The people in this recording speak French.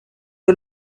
que